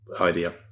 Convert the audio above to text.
idea